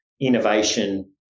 innovation